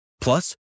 Plus